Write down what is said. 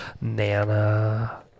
Nana